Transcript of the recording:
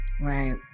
Right